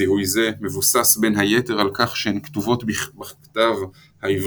זיהוי זה מבוסס בין היתר על כך שהן כתובות בכתב העברי-ארמי,